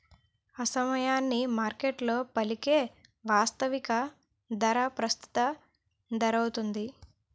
ఆసమయానికి మార్కెట్లో పలికే వాస్తవిక ధర ప్రస్తుత ధరౌతుంది